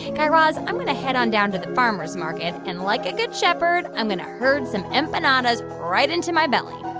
guy raz, i'm going to head on down to the farmer's market. and, like a good shepherd, i'm going to herd some empanadas right into my belly.